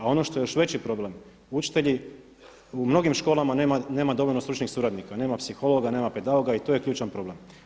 A ono što je još veći problem, učitelji u mnogim školama nema dovoljno stručnih suradnika, nema psihologa, nema pedagoga i to je ključan problem.